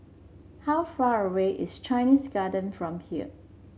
how far away is Chinese Garden from here